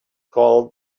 called